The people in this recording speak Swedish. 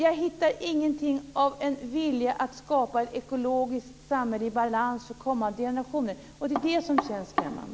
Jag hittar inte någon vilja att skapa ett ekologiskt samhälle i balans för kommande generationer. Det är detta som känns skrämmande.